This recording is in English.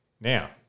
Now